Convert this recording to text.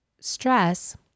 stress